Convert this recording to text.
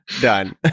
done